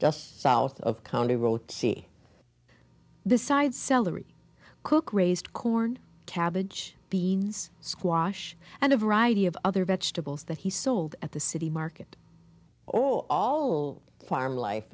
just south of county road see this side celery cook raised corn cabbage beans squash and a variety of other vegetables that he sold at the city market oh all farm life